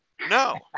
No